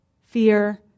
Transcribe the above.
fear